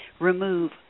remove